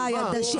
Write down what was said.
אנחנו איתך ביטן,